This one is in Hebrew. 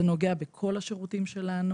זה נוגע בכל השירותים שלנו.